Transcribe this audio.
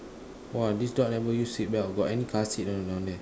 !wah! this dog never use seatbelt got any car seat or not down there